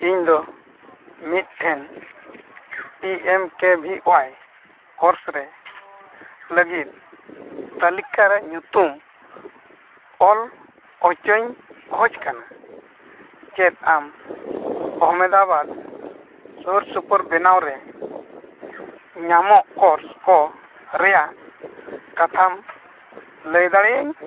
ᱤᱧᱫᱚ ᱢᱤᱫᱴᱷᱮᱱ P M K V Y course ᱨᱮ ᱞᱟᱹᱜᱤᱫ ᱛᱟᱹᱞᱤᱠᱟ ᱨᱮᱭᱟᱜ ᱧᱩᱛᱩᱢ ᱚᱞ ᱦᱚᱪᱚᱧ ᱠᱷᱚᱡᱽ ᱠᱟᱱᱟ ᱪᱮᱫ ᱟᱢ ᱟᱢᱮᱫᱟᱵᱟᱫ ᱥᱩᱨ ᱥᱩᱯᱩᱨ ᱵᱮᱱᱟᱣ ᱨᱮ ᱧᱟᱢᱚᱜ ᱠᱳᱨᱥ ᱠᱚ ᱨᱮᱭᱟᱜ ᱠᱟᱛᱷᱟᱢ ᱞᱟᱹᱭ ᱫᱟᱲᱮᱭᱤᱧᱟᱹ